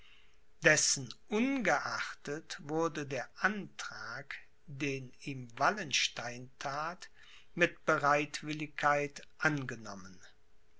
dessen ungeachtet wurde der antrag den ihm wallenstein that mit bereitwilligkeit angenommen